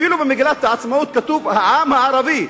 אפילו במגילת העצמאות כתוב: "העם הערבי".